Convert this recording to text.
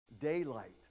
daylight